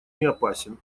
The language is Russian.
неопасен